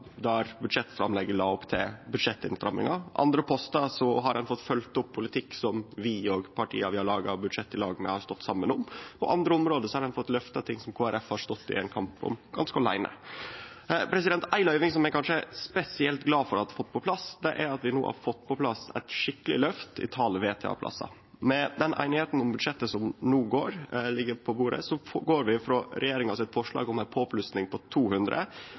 der budsjettframlegget la opp til av budsjettinnstrammingar. På andre postar har ein fått følgt opp politikk som vi og partia vi har laga budsjett i lag med, har stått saman om. På andre område har ein fått løfta ting som Kristeleg Folkeparti har stått i ein kamp om ganske aleine. Ei løyving som eg kanskje er spesielt glad for å ha fått på plass, er at vi no har fått eit skikkeleg løft i talet på VTA-plassar. Med den semja om budsjettet som no ligg på bordet, går vi frå regjeringa sitt forslag om ei påplussing på 200